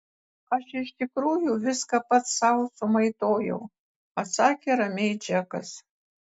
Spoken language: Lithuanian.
aš iš tikrųjų viską pats sau sumaitojau atsakė ramiai džekas